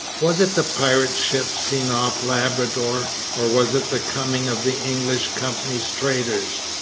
was it the pirate ship seen off labrador? or was it the coming of the english company's traders?